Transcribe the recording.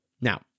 Now